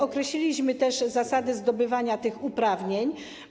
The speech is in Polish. Określiliśmy też zasady zdobywania tych uprawnień.